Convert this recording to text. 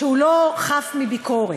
שהוא לא חף מביקורת,